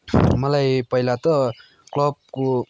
मलाई पहिला त क्लबको